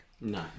No